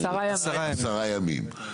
עשרה ימים.